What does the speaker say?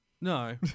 No